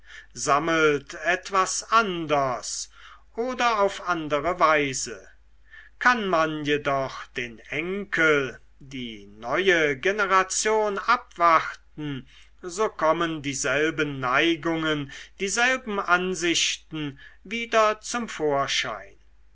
sammelt etwas anders oder auf andere weise kann man jedoch den enkel die neue generation abwarten so kommen dieselben neigungen dieselben ansichten wieder zum vorschein